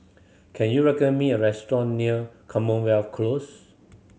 can you recommend me a restaurant near Commonwealth Close